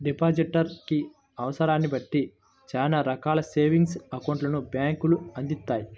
depositor కి అవసరాన్ని బట్టి చానా రకాల సేవింగ్స్ అకౌంట్లను బ్యేంకులు అందిత్తాయి